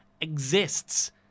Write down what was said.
exists